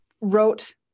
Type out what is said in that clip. wrote